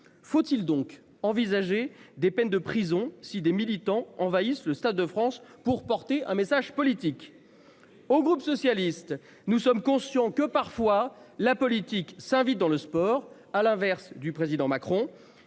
Faut-il donc envisager des peines de prison si des militants envahissent le Stade de France pour porter un message politique. Au groupe socialiste. Nous sommes conscients que parfois la politique s'invite dans le sport. À l'inverse du président Macron